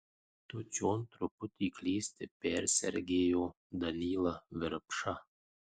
tu čion truputį klysti persergėjo danylą virpša